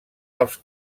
els